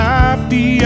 Happy